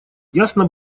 ясно